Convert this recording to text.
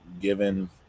given